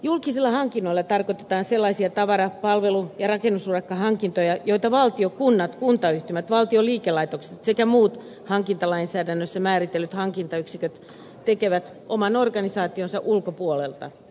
julkisilla hankinnoilla tarkoitetaan sellaisia tavara palvelu ja rakennusurakkahankintoja joita valtio kunnat kuntayhtymät valtion liikelaitokset sekä muut hankintalainsäädännössä määritellyt hankintayksiköt tekevät oman organisaationsa ulkopuolelta